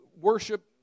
worship